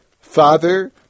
father